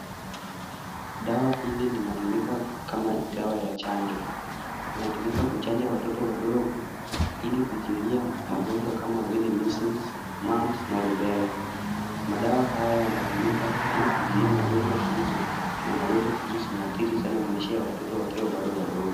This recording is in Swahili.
Dawa hili linatumika kama dawa ya chanjo. Inatumika kuchanja watoto wadogo ili kuzuia magonjwa kama vile measles, mumps na rubella. Madawa haya yanatumika ili kuzuia magonjwa hizo, na magonjwa hizo zinaadhiri sana maisha ya watoto wakiwa bado wadogo.